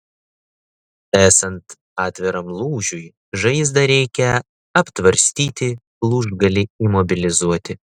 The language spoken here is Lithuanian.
esant atviram lūžiui žaizdą reikia aptvarstyti lūžgalį imobilizuoti